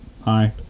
Hi